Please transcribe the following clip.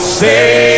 say